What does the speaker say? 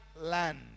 land